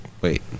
Wait